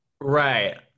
Right